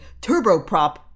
turboprop